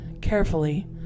carefully